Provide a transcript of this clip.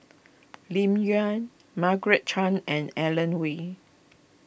Lim Yau Margaret Chan and Alan Wei